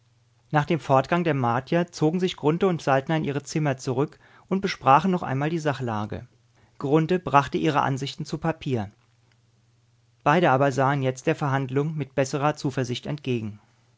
nach dem fortgang der martier zogen sich grunthe und saltner in ihre zimmer zurück und besprachen noch einmal die sachlage grunthe brachte ihre ansichten zu papier beide aber sahen jetzt der verhandlung mit besserer zuversicht entgegen